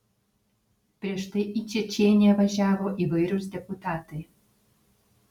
prieš tai į čečėniją važiavo įvairūs deputatai